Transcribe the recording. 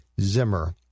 Zimmer